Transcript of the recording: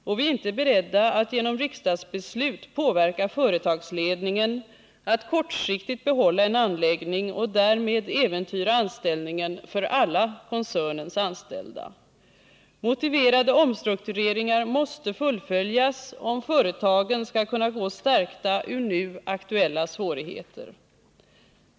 Och vi är inte beredda att genom riksdagsbeslut påverka företagsledningen att kortsiktigt behålla en anläggning och därmed äventyra anställningen för alla koncernens anställda. Motiverade omstruktureringar måste fullföljas, om företagen skall kunna gå stärkta ur nu aktuella svårigheter.